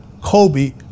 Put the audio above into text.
Kobe